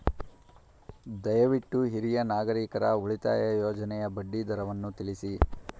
ದಯವಿಟ್ಟು ಹಿರಿಯ ನಾಗರಿಕರ ಉಳಿತಾಯ ಯೋಜನೆಯ ಬಡ್ಡಿ ದರವನ್ನು ತಿಳಿಸಿ